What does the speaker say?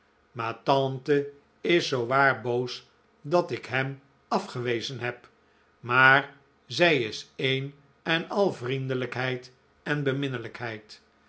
ma tante is zoowaar boos dat ik hem afgewezen heb maar zij is een en al vriendelijkheid en beminnelijkheid